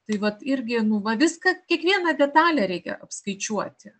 tai vat irgi nu va viską kiekvieną detalę reikia apskaičiuoti